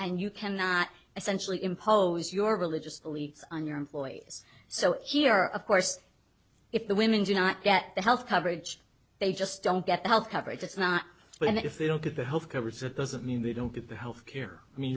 and you cannot essential impose your religious beliefs on your employees so here of course if the women do not get the health coverage they just don't get health coverage it's not but if they don't get the health coverage that doesn't mean they don't get the health care